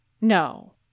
No